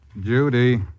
Judy